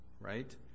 right